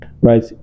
Right